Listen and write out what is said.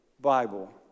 Bible